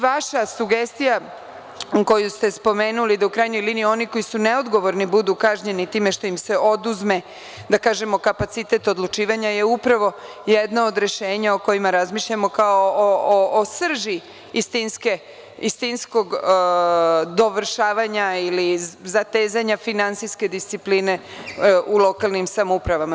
Vaša sugestija koju ste spomenuli da u krajnjoj liniji oni koji su neodgovorni budu kažnjeni time što im se oduzme kapacitet odlučivanja, jeste upravo jedno od rešenja o kojima razmišljamo kao o srži istinskog dovršavanja ili zatezanja finansijske discipline u lokalnim samoupravama.